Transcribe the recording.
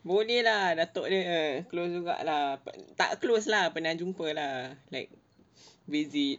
boleh lah datuk dia close juga lah tak close lah pernah jumpa lah like visit